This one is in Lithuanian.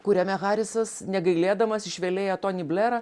kuriame harisas negailėdamas išvelėja tonį blerą